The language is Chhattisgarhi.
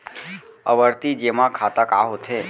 आवर्ती जेमा खाता का होथे?